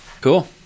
Cool